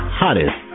hottest